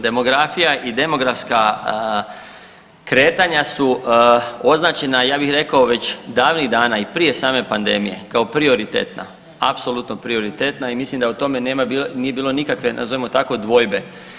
Demografija i demografska kretanja su označena ja bih rekao već davnih dana i prije same pandemije kao prioritetna, apsolutno prioritetna i mislim da o tome nije bilo nikakve, nazovimo tako dvojbe.